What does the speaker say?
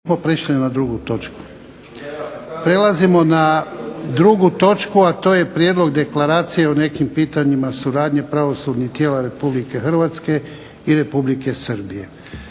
Dajem na glasovanje Prijedlog deklaracije o nekim pitanjima suradnje pravosudnih tijela Republike Hrvatske i Republike Srbije.